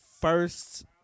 first